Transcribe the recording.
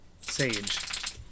Sage